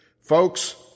Folks